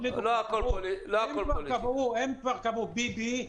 הם כבר קבעו - ביבי,